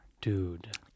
dude